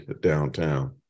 downtown